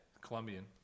colombian